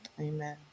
amen